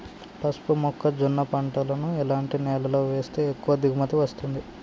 పసుపు మొక్క జొన్న పంటలను ఎలాంటి నేలలో వేస్తే ఎక్కువ దిగుమతి వస్తుంది?